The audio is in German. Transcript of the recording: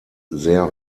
sehr